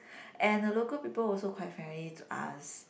and the local people also quite friendly to ask